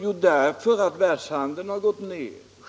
Torsdagen den Jo, världshandeln har gått tillbaka.